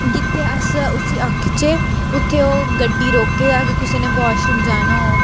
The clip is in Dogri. जित्थें अस उसी आखचै उत्थें ओह् गड्डी रोकै अगर कुसै ने वाशरूम जाना ओ